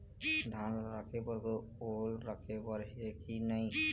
धान ला रखे बर ओल राखे बर हे कि नई?